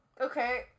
okay